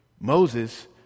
Moses